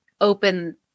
open